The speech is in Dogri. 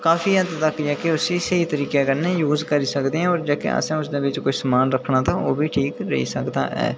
काफी हद्द तक्क स्हेई तरीकै कन्नै यूज़ करी सकदे आं होर जेह्के असें उसदे बिच समान रक्खना तां ओह् ओह्बी ठीक रेही सकदा ऐ